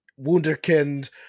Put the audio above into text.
Wunderkind